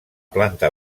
planta